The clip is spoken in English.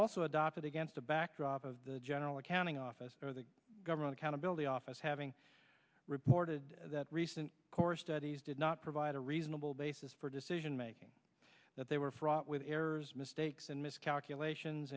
also adopted against the backdrop of the general accounting office the government accountability office having reported that recent course studies did not provide a reasonable basis for decision making that they were fraught with errors mistakes and miscalculations